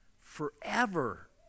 forever